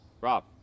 Rob